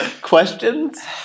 Questions